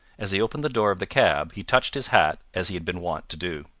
as he opened the door of the cab, he touched his hat as he had been wont to do.